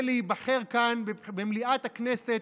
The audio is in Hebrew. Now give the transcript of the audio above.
ולהיבחר כאן במליאת הכנסת,